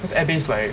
because air base like